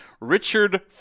Richard